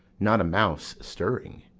not a mouse stirring.